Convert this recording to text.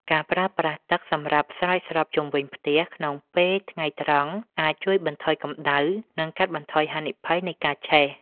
ការប្រើប្រាស់ទឹកសម្រាប់ស្រោចស្រពជុំវិញផ្ទះក្នុងពេលថ្ងៃត្រង់អាចជួយបន្ថយកម្តៅ និងកាត់បន្ថយហានិភ័យនៃការឆេះ។